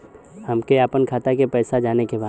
हमके आपन खाता के पैसा जाने के बा